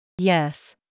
Yes